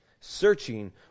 searching